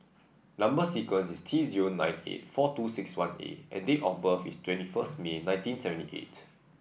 number sequence is T zero nine eight four two six one A and date of birth is twenty first May nineteen seventy eight